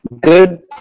good